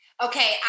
Okay